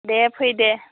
दे फै दे